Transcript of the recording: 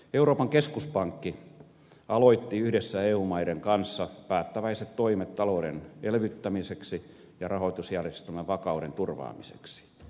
euroopan keskuspankki aloitti yhdessä eu maiden kanssa päättäväiset toimet talouden elvyttämiseksi ja rahoitusjärjestelmän vakauden turvaamiseksi